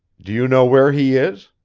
do you know where he is?